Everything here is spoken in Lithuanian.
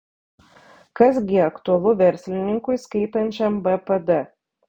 kas gi aktualu verslininkui skaitančiam bpd